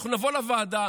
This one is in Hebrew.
אנחנו נבוא לוועדה,